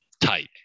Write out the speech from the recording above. tight